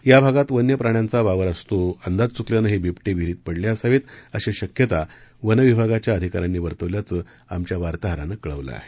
या भागात वन्य प्राण्यांचा वावर असतो अंदाज चुकल्यानं हे बिबटे विहीरीत पडले असावेत अशी शक्यता वन विभागाच्या अधिकाऱ्यांनी वर्तवल्याचं आमच्या वार्ताहरानं कळवलं आहे